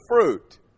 fruit